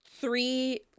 three